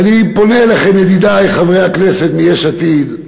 ואני פונה אליכם, ידידי חברי הכנסת מיש עתיד: